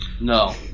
No